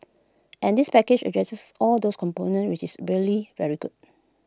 and this package addresses all those components which is really very good